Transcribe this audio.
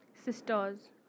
sisters